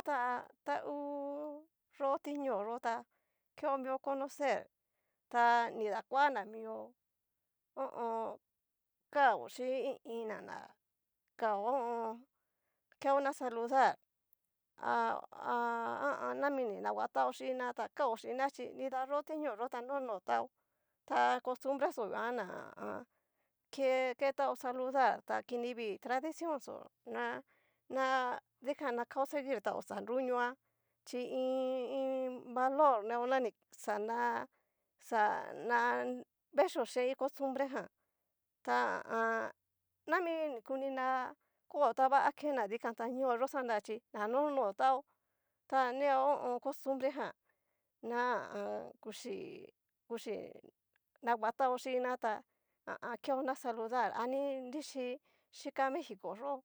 Yo ta ta ngu yo'o tiñooyotá keo mio conocer ta ni dakuana mio, ho o on. kao xhin i iin ná kao ho o on. keona saludar ha ha nami ni nanguatao xhínna ta kao xhinna xhi nida yo ti ñoyó ta no no tao, ta costubrexó guan ná ke ketao saludar, ta kinivii tradición xó na na. dikan na kao seguir ta oxa nruñoa, chí iin iin valor neo na ni'xana xana vechio xin costumbrejan ta ha a an. nami ni kuní na ko ta va akena dikan ta ñó yo xanrá chí xa no notao ta neo ho o on. costumbre ján na ha a an kuxi kuxi naguatao chín na tá ha keona saludar a ni nrixhí xika mexico yo'o,